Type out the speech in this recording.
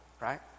right